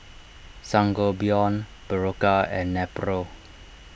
Sangobion Berocca and Nepro